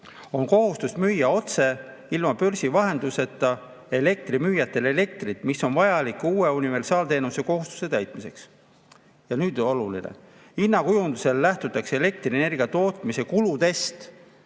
on kohustus müüa otse, ilma börsi vahenduseta elektrimüüjatele elektrit, mis on vajalik uue universaalteenuse kohustuse täitmiseks. Ja nüüd see, mis on oluline: "Hinnakujundusel lähtutakse elektrienergia tootmise kuludest